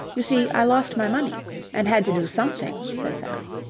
you see, i lost my money and had to do something, said sally.